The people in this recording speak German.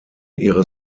ihre